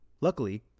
Luckily